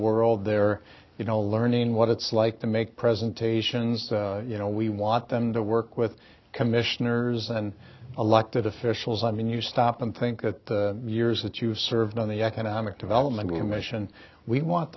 world they're you know learning what it's like to make presentations you know we want them to work with commissioners and alloted officials i mean you stop and think that years that you served on the economic development commission we want